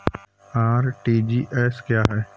RTGS क्या है?